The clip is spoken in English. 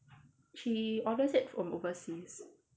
she orders it from overseas